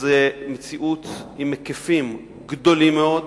שזאת מציאות עם היקפים גדולים מאוד,